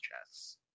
chess